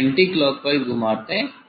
anti clockwise घुमाते हैं